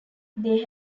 they